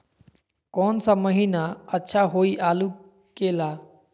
कौन सा महीना अच्छा होइ आलू के ला?